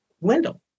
Wendell